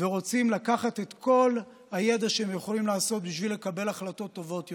ורוצים לקחת את כל הידע שהם יכולים לעשות בשביל לקבל החלטות טובות יותר.